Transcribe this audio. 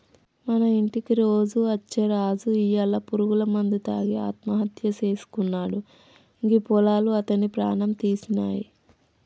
మన ఇంటికి రోజు అచ్చే రాజు ఇయ్యాల పురుగుల మందు తాగి ఆత్మహత్య సేసుకున్నాడు గీ పొలాలు అతని ప్రాణం తీసినాయి